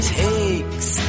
takes